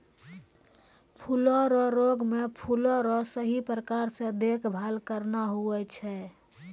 फूलो रो रोग मे फूलो रो सही प्रकार से देखभाल करना हुवै छै